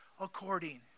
according